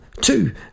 two